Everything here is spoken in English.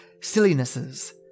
sillinesses